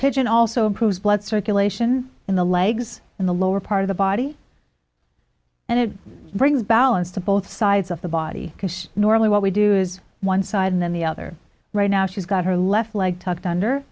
pigeon also improves blood circulation in the legs in the lower part of the body and it brings balance to both sides of the body because normally what we do is one side and then the other right now she's got her left leg tucked under